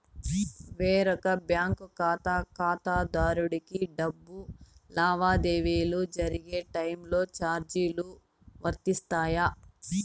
వేరొక బ్యాంకు ఖాతా ఖాతాదారునికి డబ్బు లావాదేవీలు జరిగే టైములో చార్జీలు వర్తిస్తాయా?